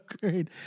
great